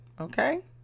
okay